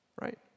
right